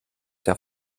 der